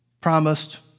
promised